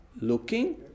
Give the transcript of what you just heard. looking